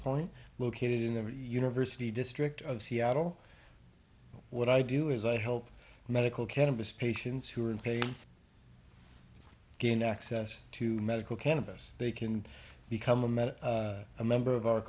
point located in the university district of seattle what i do is i help medical cannabis patients who are in pain gain access to medical cannabis they can become a member a member of our